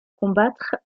combattre